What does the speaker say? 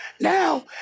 now